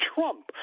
Trump